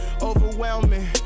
overwhelming